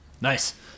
Nice